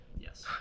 Yes